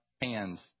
hands